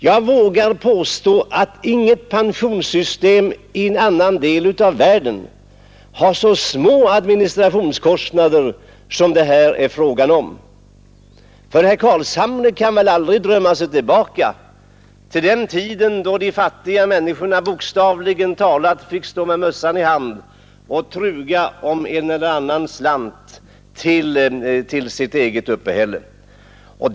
Jag vågar påstå att inget pensionssystem i någon annan del av världen har så små administrationskostnader som det här är fråga om. Herr Carlshamre kan väl aldrig drömma sig tillbaka till den tiden då de fattiga människorna bokstavligen talat fick stå med mössan i hand och truga om en eller annan slant till sitt uppehälle?